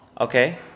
Okay